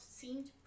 seemed